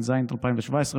התשע"ז 2017,